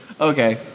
okay